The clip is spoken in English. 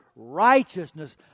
righteousness